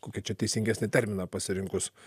kokį čia teisingesnį terminą pasirinkus